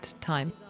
time